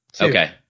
Okay